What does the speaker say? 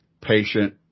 Patient